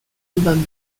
albums